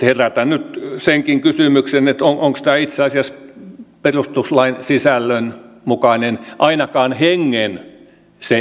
herätän nyt senkin kysymyksen onko tämä itse asiassa perustuslain sisällön mukainen ainakaan hengen mukainen se ei ole